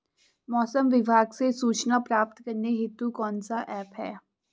मौसम विभाग से सूचना प्राप्त करने हेतु कौन सा ऐप है?